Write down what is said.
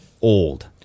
old